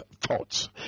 thoughts